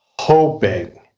hoping